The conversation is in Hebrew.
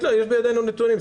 יש בידינו נתונים,